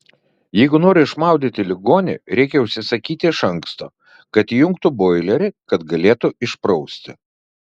jeigu nori išmaudyti ligonį reikia užsisakyti iš anksto kad įjungtų boilerį kad galėtų išprausti